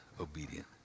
obedient